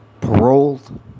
paroled